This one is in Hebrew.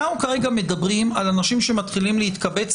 אנחנו כרגע מדברים על אנשים שמתחילים להתקבץ,